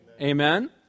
Amen